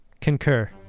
Concur